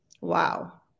Wow